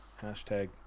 Hashtag